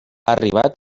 arribat